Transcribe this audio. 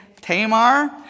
Tamar